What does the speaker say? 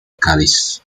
cádiz